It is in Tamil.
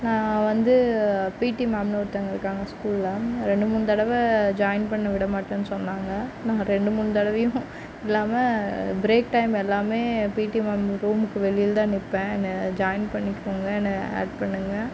நான் வந்து பீடி மேம்ன்னு ஒருத்தங்க இருக்காங்க ஸ்கூலில் ரெண்டு மூணு தடவை ஜாயின் பண்ண விட மாட்டேன்னு சொன்னாங்க நான் ரெண்டு மூணு தடவையும் இல்லாமல் ப்ரேக் டைம் எல்லாமே பீடி மேம் ரூமுக்கு வெளியில் தான் நிற்பேன் என்னை ஜாயின் பண்ணிக்கோங்க என்னை ஆட் பண்ணுங்கள்